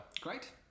Great